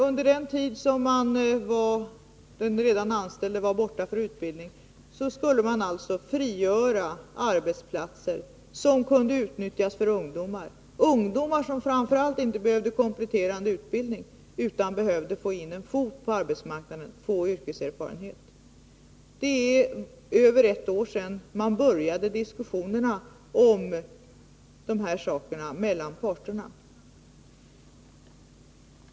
Under den tid som de redan anställda var borta för utbildning skulle arbetsplatser alltså frigöras som kunde utnyttjas för ungdomar, som inte framför allt behövde kompletterande utbildning utan som behövde få in en fot på arbetsmarknaden, få yrkeserfarenhet. Det är över ett år sedan man började diskussionerna om dessa saker mellan parterna.